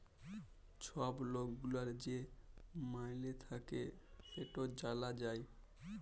ছব লক গুলার যে মাইলে থ্যাকে সেট জালা যায়